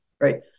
right